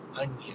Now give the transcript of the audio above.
onion